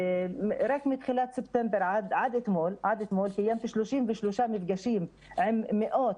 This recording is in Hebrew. רק מתחילת ספטמבר עד אתמול קיימתי 33 מפגשים עם מאות,